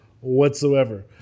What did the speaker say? whatsoever